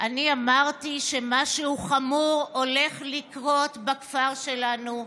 אני אמרתי שמשהו חמור הולך לקרות בכפר שלנו,